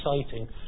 exciting